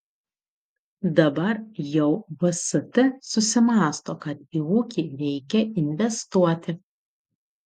dabar jau vst susimąsto kad į ūkį reikia investuoti